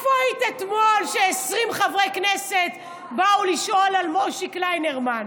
איפה היית אתמול כש-20 חברי כנסת באו לשאול על מוישי קליינרמן?